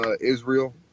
Israel